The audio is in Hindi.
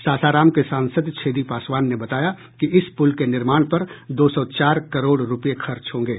सासाराम के सांसद छेदी पासवान ने बताया कि इस पुल के निर्माण पर दो सौ चार करोड़ रूपये खर्च होंगे